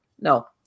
no